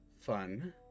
fun